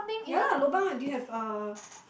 ya lah lobang ah do you have a